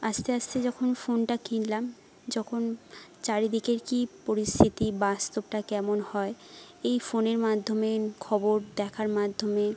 আস্তে আস্তে যখন ফোনটা কিনলাম যখন চারিদিকে কী পরিস্থিতি বাস্তবটা কেমন হয় এই ফোনের মাধ্যমে খবর দেখার মাধ্যমে